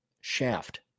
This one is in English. Shaft